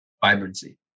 vibrancy